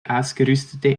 ausgerüstete